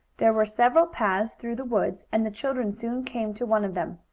there were several paths through the woods, and the children soon came to one of them.